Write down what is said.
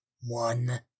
One